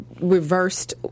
reversed